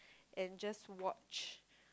and just watch